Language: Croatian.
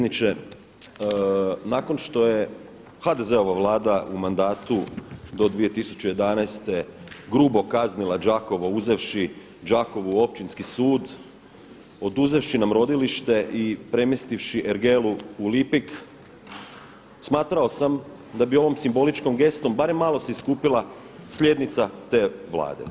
Nakon što je HDZ-ova Vlada u mandatu do 2011. grubo kaznila Đakovo uzevši Đakovu Općinski sud, oduzevši nam rodilište i premjestivši ergelu u Lipik smatrao sam da bi ovom simboličkom gestom barem malo se iskupila slijednica te Vlade.